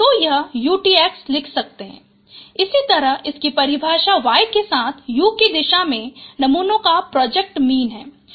तो हम uTx लिख सकते हैं इसी तरह इस की परिभाषा y के साथ u की दिशा में नमूनों का प्रोजेक्टेड मीन है